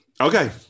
Okay